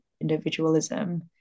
individualism